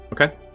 Okay